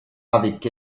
avec